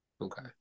Okay